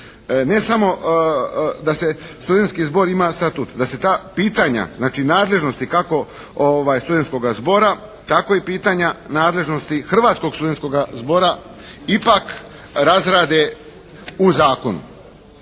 ne samo da studenski zbor ima statut, da se ta pitanja, znači nadležnosti kako studenskoga zbora tako i pitanja nadležnosti Hrvatskoga studenskoga zbora ipak razrade u zakonu.